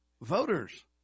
voters